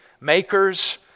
makers